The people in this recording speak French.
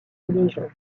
division